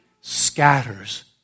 scatters